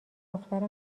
دختر